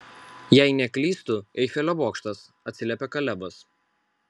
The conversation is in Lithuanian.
jei neklystu eifelio bokštas atsiliepė kalebas